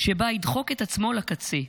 שבה ידחק את עצמו לקצה,